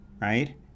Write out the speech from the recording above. right